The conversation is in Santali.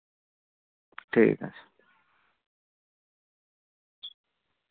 ᱴᱷᱤᱠ ᱟᱪᱷᱮ